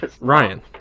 Ryan